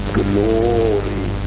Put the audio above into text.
glory